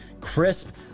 crisp